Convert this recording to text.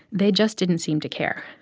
they just didn't seem to care,